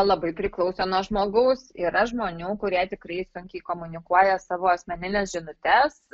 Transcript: labai priklauso nuo žmogaus yra žmonių kurie tikrai sunkiai komunikuoja savo asmenines žinutes